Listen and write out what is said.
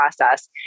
process